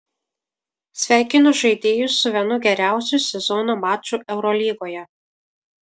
sveikinu žaidėjus su vienu geriausių sezono mačų eurolygoje